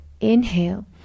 inhale